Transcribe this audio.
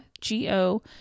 G-O